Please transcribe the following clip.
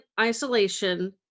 isolation